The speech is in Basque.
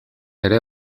ere